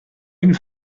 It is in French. une